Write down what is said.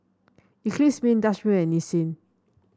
Eclipse Mints Dutch Mill and Nissin